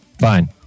fine